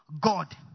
God